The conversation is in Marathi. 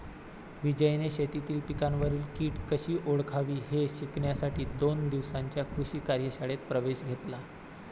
विजयने शेतीतील पिकांवरील कीड कशी ओळखावी हे शिकण्यासाठी दोन दिवसांच्या कृषी कार्यशाळेत प्रवेश घेतला